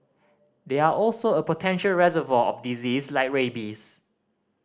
they are also a potential reservoir of disease like rabies